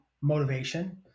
motivation